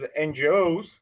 NGOs